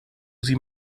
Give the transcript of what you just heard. sie